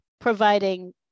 providing